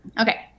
Okay